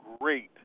great